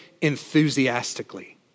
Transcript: enthusiastically